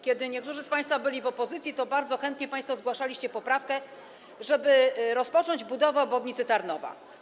Kiedy niektórzy z państwa byli w opozycji, to bardzo chętnie państwo zgłaszaliście poprawkę, żeby rozpocząć budowę obwodnicy Tarnowa.